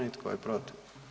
I tko je protiv?